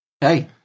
hey